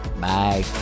Bye